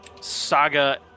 Saga